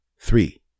three